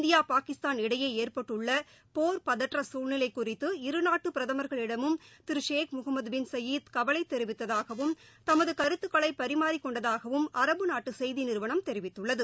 India Pakistan இடையே ஏற்பட்டுள்ள போர் பதற்ற சூழ்நிலை குறித்து இருநாட்டு பிரதமர்களிடமும் திரு ஷேக் முகமது பின் சயீத் கவலை தெரிவித்ததாகவும் தமது கருத்துக்களை பரிமாறிக்கொண்டதாகவும் அரபு நாட்டு செய்தி நிறுவனம் தெரிவித்துள்ளது